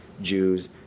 Jews